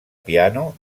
piano